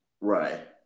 Right